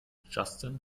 justin